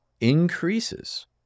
increases